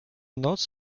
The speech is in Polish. noc